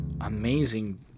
amazing